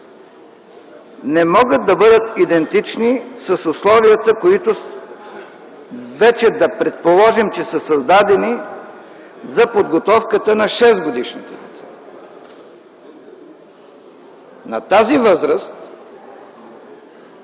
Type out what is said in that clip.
не могат да бъдат идентични с условията, които вече, да предположим, че са създадени за подготовката на 6-годишните. На тази възраст